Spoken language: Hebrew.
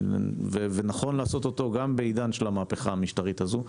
ונכון לעשות אותו גם בעידן המהפכה המשטרית הזו,